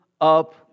up